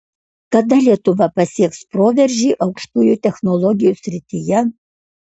kada lietuva pasieks proveržį aukštųjų technologijų srityje